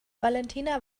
valentina